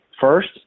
first